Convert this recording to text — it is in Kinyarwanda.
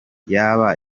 yaba